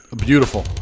beautiful